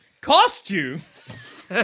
costumes